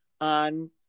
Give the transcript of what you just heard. on